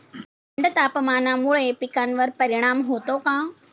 थंड तापमानामुळे पिकांवर परिणाम होतो का?